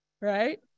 right